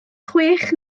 chwech